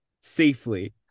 safely